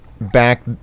back